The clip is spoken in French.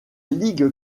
ligue